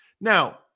Now